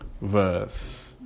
verse